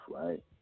right